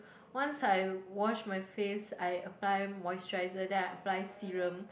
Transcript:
once I wash my face I apply moisturizer then I apply serum